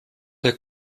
der